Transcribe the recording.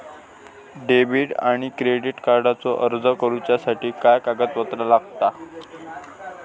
Debit आणि credit कार्डचो अर्ज करुच्यासाठी काय कागदपत्र लागतत?